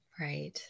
Right